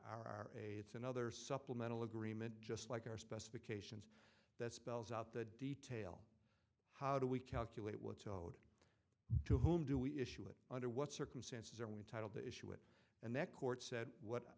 hour a it's another supplemental agreement just like our specifications that spells out the detail how do we calculate what's owed to whom do we issue it under what circumstances or when title the issue it and the court said what